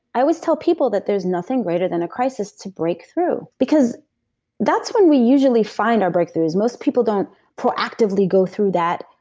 i always tell people that there's nothing greater than a crisis to break through. because that's when we usually find our breakthroughs. most people don't proactively go through that,